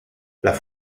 las